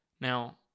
Now